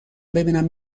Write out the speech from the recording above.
ببینم